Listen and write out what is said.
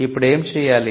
ఇప్పుడు ఏమి చేయాలి